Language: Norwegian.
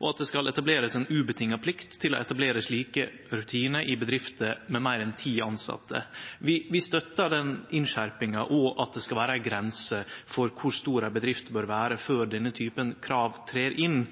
og at det skal etablerast ei vilkårslaus plikt til å etablere slike rutinar i bedrifter med meir enn ti tilsette. Vi støttar den innskjerpinga og at det skal vere ei grense for kor stor ei bedrift bør vere før denne typen krav trer inn.